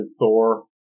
Thor